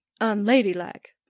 unladylike